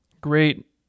Great